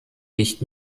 nicht